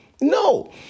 No